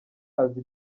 azi